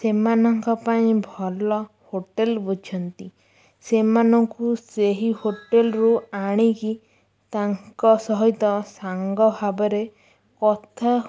ସେମାନଙ୍କ ପାଇଁ ଭଲ ହୋଟେଲ୍ ବୁଝୁଛନ୍ତି ସେମାନଙ୍କୁ ସେହି ହୋଟେଲ୍ରୁ ଆଣିକି ତାଙ୍କ ସହିତ ସାଙ୍ଗ ଭାବରେ କଥା